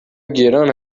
گران